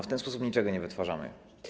W ten sposób niczego nie wytwarzamy.